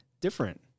different